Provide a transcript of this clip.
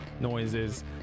noises